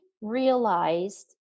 Realized